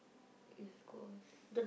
East-Coast